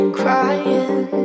crying